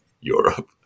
europe